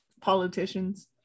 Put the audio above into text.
politicians